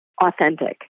authentic